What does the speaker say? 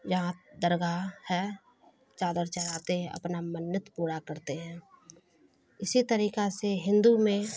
یہاں درگاہ ہے چادر چڑھاتے ہیں اپنا منت پورا کرتے ہیں اسی طریقہ سے ہندو میں